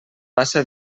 passa